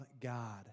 God